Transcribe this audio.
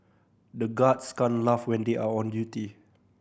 the guards can't laugh when they are on duty